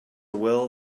will